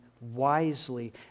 wisely